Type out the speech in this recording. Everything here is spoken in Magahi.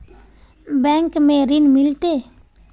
बैंक में ऋण मिलते?